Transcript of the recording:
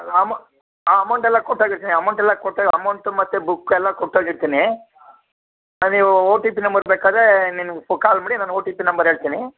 ಅಮ್ ಹಾಂ ಅಮೌಂಟೆಲ್ಲ ಕೊಟ್ಟೋಗಿ ಇರ್ತೀನಿ ಅಮೌಂಟೆಲ್ಲ ಕೊಟ್ಟು ಹೋಗ್ ಅಮೌಂಟು ಮತ್ತೆ ಬುಕ್ಕೆಲ್ಲ ಕೊಟ್ಟೋಗಿ ಇರ್ತೀನಿ ನೀವು ಓ ಟಿ ಪಿ ನಂಬರ್ ಬೇಕಾದ್ರೇ ನೀನು ಫೊ ಕಾಲ್ ಮಾಡಿ ನಾನು ಓ ಟಿ ಪಿ ನಂಬರ್ ಹೇಳ್ತಿನಿ